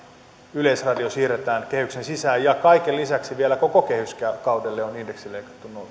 yleisradio siirretään kehyksen sisään ja kaiken lisäksi vielä koko kehyskaudelle on indeksi leikattu nollaan